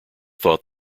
thought